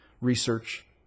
research